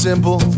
Simple